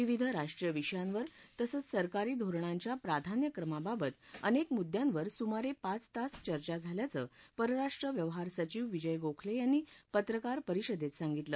विविध राष्ट्रीय विषयांवर तसंच सरकारी धोरणांच्या प्राधान्य क्रमाबाबत अनेक मुद्यांवर सुमारे पाच तास चर्चा झाल्याचं परराष्ट्र व्यवहार सचिव विजय गोखले यांनी पत्रकार परिषदेत सांगितलं